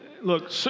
look